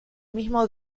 mismo